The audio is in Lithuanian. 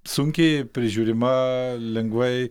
sunkiai prižiūrima lengvai